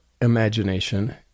imagination